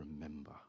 remember